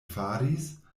faris